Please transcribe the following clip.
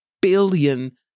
billion